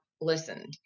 listened